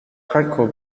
hardcore